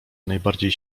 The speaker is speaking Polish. najbardziej